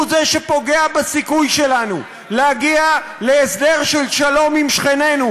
הוא זה שפוגע בסיכוי שלנו להגיע להסדר של שלום עם שכנינו,